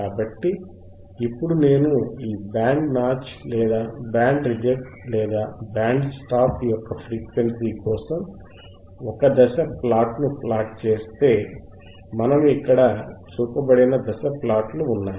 కాబట్టి ఇప్పుడు నేను ఈ బ్యాండ్ నాచ్ లేదా బ్యాండ్ రిజెక్ట్ లేదా బ్యాండ్ స్టాప్ యొక్క ఫ్రీక్వెన్సీ కోసం ఒక దశ ప్లాట్ ను ప్లాట్ చేస్తే ఫిల్టర్ మనకు ఇక్కడ చూపబడిన దశ ప్లాట్లు ఉన్నాయి